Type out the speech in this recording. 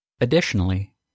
Additionally